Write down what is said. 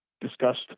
discussed